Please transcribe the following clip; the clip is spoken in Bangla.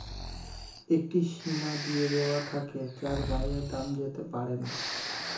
একটি সীমা দিয়ে দেওয়া থাকে যার বাইরে দাম যেতে পারেনা